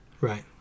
Right